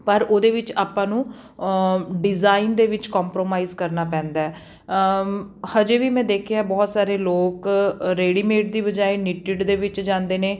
ਪਰ ਉਹਦੇ ਵਿੱਚ ਆਪਾਂ ਨੂੰ ਡਿਜ਼ਾਇਨ ਦੇ ਵਿੱਚ ਕੰਪਰੋਮਾਈਜ਼ ਕਰਨਾ ਪੈਂਦਾ ਹਜੇ ਵੀ ਮੈਂ ਦੇਖਿਆ ਬਹੁਤ ਸਾਰੇ ਲੋਕ ਰੇਡੀਮੇਡ ਦੀ ਬਜਾਏ ਨੀਟਿਡ ਦੇ ਵਿੱਚ ਜਾਂਦੇ ਨੇ